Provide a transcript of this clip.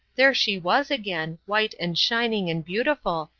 there she was again, white and shining and beautiful,